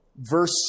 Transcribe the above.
verse